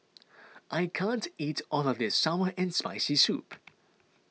I can't eat all of this Sour and Spicy Soup